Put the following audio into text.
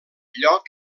lloc